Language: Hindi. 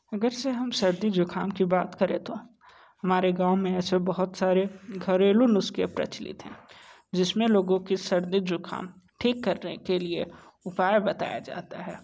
अगर से हम सर्दी ज़ुख़ाम की बात करें तो हमारे गाँव में ऐसे बहुत सारे घरेलू नुस्क़े प्रचलित हैं जिस में लोगों की सर्दी ज़ुख़ाम ठीक करने के लिए उपाय बताया जाता है